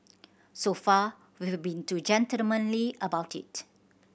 so far we've been too gentlemanly about it